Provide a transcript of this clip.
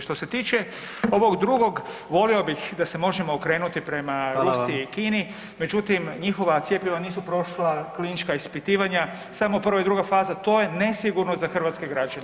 Što se tiče ovog drugog, volio bih da se možemo okrenuti [[Upadica: Hvala.]] prema Rusiji i Kini međutim, njihova cjepiva nisu prošla klinička ispitivanja, samo 1. i 2. faza, to je nesigurno za hrvatske građane.